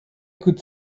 could